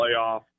playoff